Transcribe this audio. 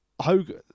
hogan